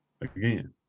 Again